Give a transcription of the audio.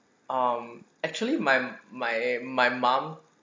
um actually my my my mum